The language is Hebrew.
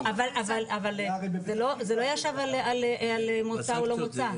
אבל זה לא יושב על מוצא או לא מוצא,